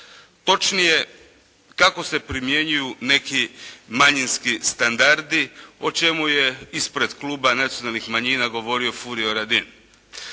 Točnije kako se primjenjuju neki manjinski standardi o čemu je ispred Kluba nacionalnih manjina govorio Furio Radin.